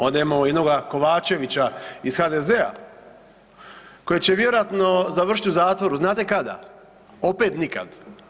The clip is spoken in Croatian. Onda imamo jednog Kovačevića iz HDZ-a koji će vjerojatno završiti u zatvoru, znate kada, opet nikad.